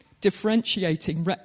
differentiating